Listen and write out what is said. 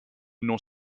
n’ont